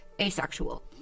asexual